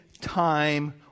time